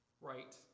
right